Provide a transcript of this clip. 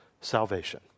salvation